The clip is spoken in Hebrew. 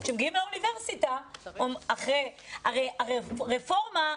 הרי רפורמה,